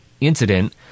incident